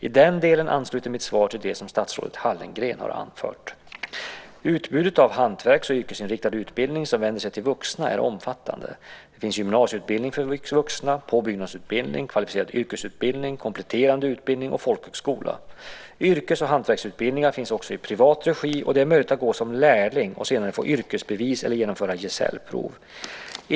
I den delen ansluter mitt svar till det som statsrådet Hallengren har anfört. Utbudet av hantverks och yrkesinriktad utbildning som vänder sig till vuxna är omfattande. Det finns gymnasieutbildning för vuxna, påbyggnadsutbildning, kvalificerad yrkesutbildning, kompletterande utbildning och folkhögskola. Yrkes och hantverksutbildningar finns också i privat regi, och det är möjligt att gå som lärling och senare få yrkesbevis eller genomföra gesällprov.